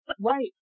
right